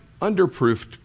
underproofed